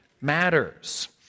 matters